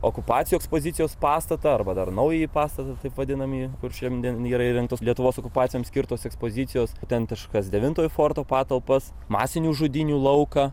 okupacijų ekspozicijos pastatą arba dar naująjį pastatą taip vadinam jį kur šiandien yra įrengtos lietuvos okupacijom skirtos ekspozicijos autentiškas devintojo forto patalpas masinių žudynių lauką